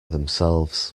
themselves